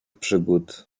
przygód